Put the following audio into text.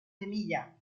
semilla